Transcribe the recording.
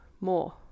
more